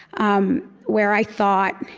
um where i thought,